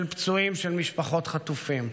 של פצועים, של משפחות חטופים.